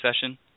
session